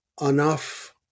enough